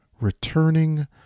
returning